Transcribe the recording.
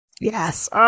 Yes